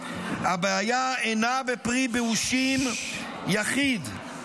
הבעיה אינה בפרי באושים יחיד,